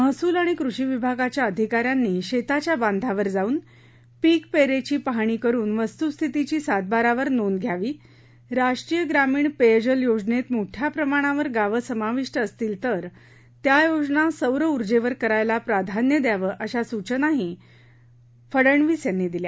महसूल आणि कृषी विभागाच्या अधिकाऱ्यांनी शेताच्या बांधावर जाऊन पीक पेरेची पाहणी करुन वस्तुस्थितीची सातबारावर नोंद घ्यावी राष्ट्रीय ग्रामीण पेयजल योजनेत मोठ्या प्रमाणावर गावं समाविष्ट असतील तर त्या योजना सौर उर्जेवर करायला प्राधान्य द्यावं अशा सूचनाही फडनवीस यांनी दिल्या